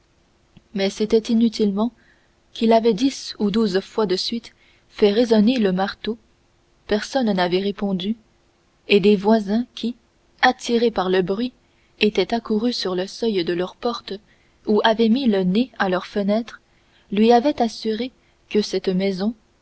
mais c'était inutilement qu'il avait dix ou douze fois de suite fait résonner le marteau personne n'avait répondu et des voisins qui attirés par le bruit étaient accourus sur le seuil de leur porte ou avaient mis le nez à leurs fenêtres lui avaient assuré que cette maison